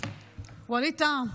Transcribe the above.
ווליד טאהא,